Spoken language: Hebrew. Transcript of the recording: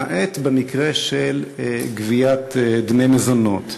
למעט במקרים של גביית דמי מזונות,